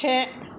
से